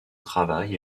travail